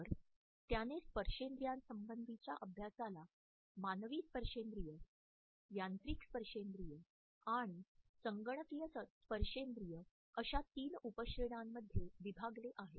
तर त्याने स्पर्शेंद्रियासंबंधीचा अभ्यासाला मानवी स्पर्शेंद्रिय यांत्रिक स्पर्शेंद्रिय आणि संगणकीय स्पर्शेंद्रिय अशा तीन उपश्रेण्यांमध्ये विभागले आहे